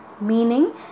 meaning